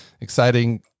exciting